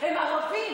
הם ערבים.